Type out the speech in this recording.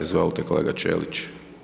Izvolite kolega Ćelić.